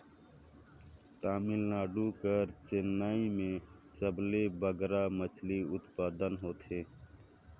तमिलनाडु कर चेन्नई में सबले बगरा मछरी उत्पादन होथे